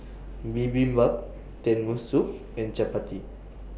Bibimbap Tenmusu and Chapati